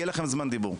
יהיה לכם זמן דיבור.